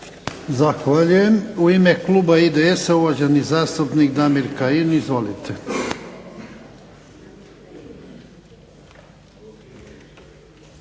Zahvaljujem. U ime kluba IDS-a uvaženi zastupnik Damir Kajin. Izvolite.